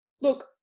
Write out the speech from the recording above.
look